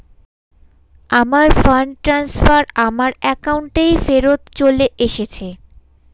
আমার fund transfer আমার অ্যাকাউন্টেই ফেরত চলে এসেছে